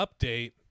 update